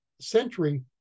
century